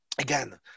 again